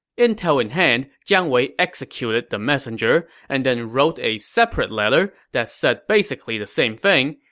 intel in hand, jiang wei executed the messenger and then wrote a separate letter that said basically the same thing,